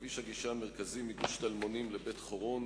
כביש הגישה המרכזי מגוש-טלמונים לבית-חורון,